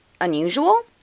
unusual